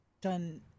done